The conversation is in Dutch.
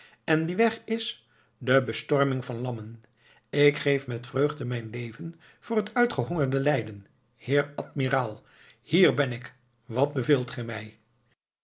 en die weg is de bestorming van lammen ik geef met vreugde mijn leven voor het uitgehongerde leiden heer admiraal hier ben ik wat beveelt ge mij